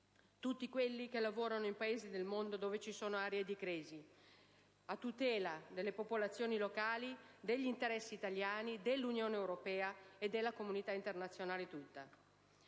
tutti quelli che lavorano in Paesi del mondo dove ci sono aree di crisi, a tutela delle popolazioni locali, degli interessi italiani, dell'Unione europea e della comunità internazionale tutta.